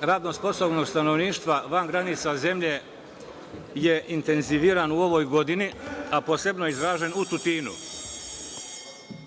radno sposobnog stanovništva van granica zemlje je intenziviran u ovoj godini, a posebno je izražen u Tutinu.